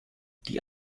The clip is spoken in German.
die